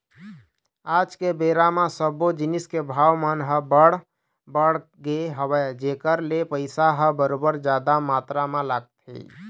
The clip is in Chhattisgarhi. आज के बेरा म सब्बो जिनिस के भाव मन ह बड़ बढ़ गे हवय जेखर ले पइसा ह बरोबर जादा मातरा म लगथे